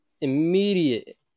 immediate